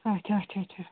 اَچھا اَچھا اَچھا اَچھا